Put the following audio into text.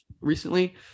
recently